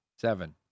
Seven